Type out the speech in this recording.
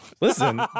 Listen